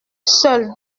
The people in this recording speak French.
seul